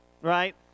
right